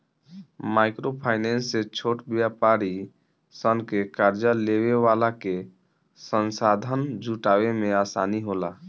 micro finance से छोट व्यापारी सन के कार्जा लेवे वाला के संसाधन जुटावे में आसानी होला